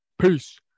Peace